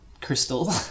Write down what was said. crystal